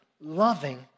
loving